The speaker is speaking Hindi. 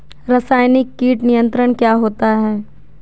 रसायनिक कीट नियंत्रण क्या होता है?